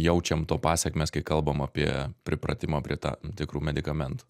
jaučiam to pasekmes kai kalbam apie pripratimą prie ta tikrų medikamentų